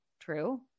true